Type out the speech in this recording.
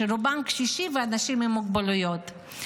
שרובם קשישים ואנשים עם מוגבלויות.